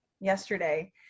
yesterday